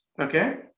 okay